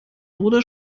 wurde